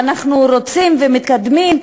ואנחנו רוצים ומתקדמים.